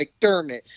McDermott